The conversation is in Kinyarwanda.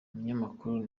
umunyamakuru